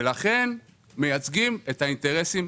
ולכן הם מייצגים את האינטרסים.